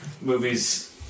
movies